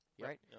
right